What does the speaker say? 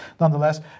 nonetheless